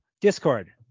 Discord